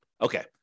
Okay